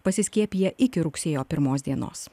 pasiskiepiję iki rugsėjo pirmos dienos